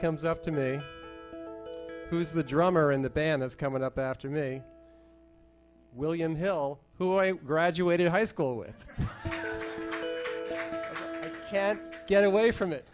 comes up to me who is the drummer in the band that's coming up after me william hill who i graduated high school with can't get away from it